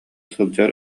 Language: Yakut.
сылдьар